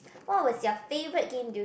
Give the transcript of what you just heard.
what was your favourite game du~